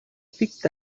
picked